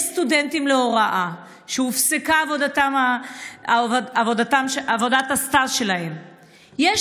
יש סטודנטים להוראה שעבודת הסטאז' שלם הופסקה,